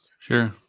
Sure